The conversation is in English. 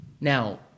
Now